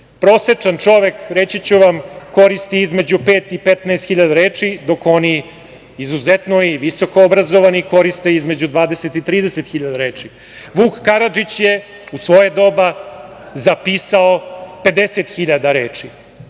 Prosečan čovek, reći ću vam, koristi između 5.000 i 15.000 reči, dok oni izuzetno i visoko obrazovani koriste između 20.000 i 30.000 reči. Vuk Karadžić je u svoje doba zapisao 50.000 reči.